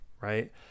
right